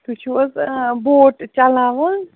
تُہۍ چھُو حظ بوٹ چلاوان